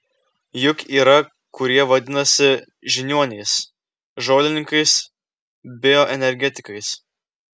juk yra kurie vadinasi žiniuoniais žolininkais bioenergetikais